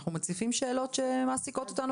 אנחנו מציפים שאלות שמעסיקות אותנו,